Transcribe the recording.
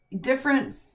different